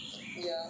ya